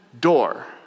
door